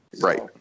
Right